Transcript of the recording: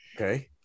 Okay